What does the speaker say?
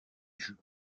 jeu